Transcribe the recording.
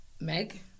Meg